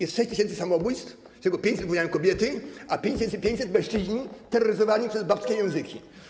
Jest 6 tys. samobójstw, z czego 500 popełniają kobiety, a 5500 mężczyźni terroryzowani przez babskie języki.